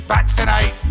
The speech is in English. Vaccinate